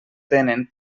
tenen